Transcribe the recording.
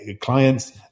clients